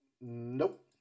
Nope